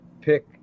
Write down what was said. pick